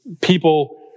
people